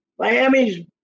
Miami's